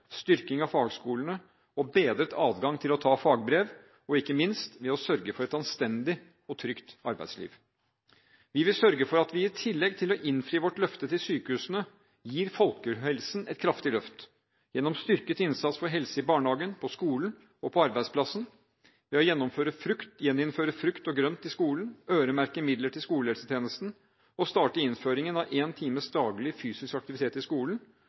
styrking av fagskolene og bedret adgang til å ta fagbrev – og ikke minst ved å sørge for et anstendig og trygt arbeidsliv. Vi vil sørge for at vi i tillegg til å innfri vårt løfte til sykehusene gir folkehelsen et kraftig løft, gjennom styrket innsats for helse i barnehagen, på skolen og på arbeidsplassen, ved å gjeninnføre frukt og grønt i skolen, øremerke midler til skolehelsetjenesten og starte innføringen av én times daglig fysisk aktivitet i skolen